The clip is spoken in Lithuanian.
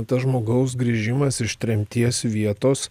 tas žmogaus grįžimas iš tremties vietos